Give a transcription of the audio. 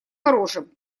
хорошим